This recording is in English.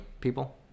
people